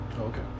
Okay